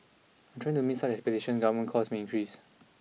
in trying to meet such expectations governance costs may increase